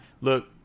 look